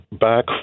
back